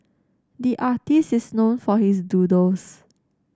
the artist is known for his doodles